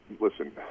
listen